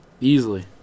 Easily